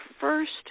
first